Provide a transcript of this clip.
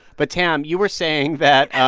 but tam, you were saying that.